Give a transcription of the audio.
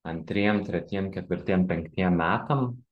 antriem tretiem ketvirtiem penktiem metam